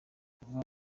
kuva